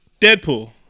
Deadpool